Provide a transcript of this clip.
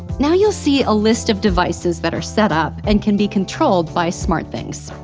now, you'll see a list of devices that are set up and can be controlled by smartthings.